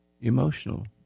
emotional